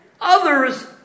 others